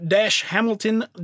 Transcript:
hamilton